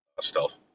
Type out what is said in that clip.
stealth